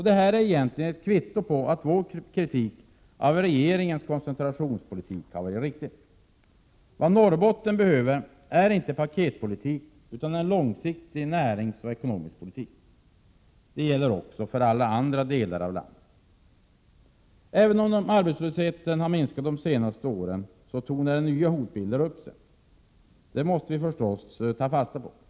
Det är egentligen ett kvitto på att vår kritik av regeringens koncentrationspolitik varit riktig. Vad Norrbotten behöver är inte ”paketpolitik” utan en långsiktig näringsoch ekonomisk politik. Detta gäller naturligtvis för alla andra delar av landet också. Även om arbetslösheten minskat de senaste åren tornar nya hotbilder upp sig. Detta måste vi förstås beakta.